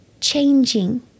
changing